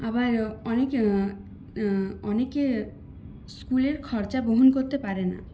আবার অনেকে অনেকে স্কুলের খরচা বহন করতে পারে না